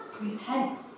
Repent